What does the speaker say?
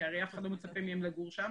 כי הרי אף אחד לא מצפה מהם לגור שם,